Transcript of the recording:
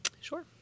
Sure